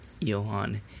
Johan